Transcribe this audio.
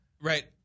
Right